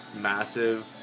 massive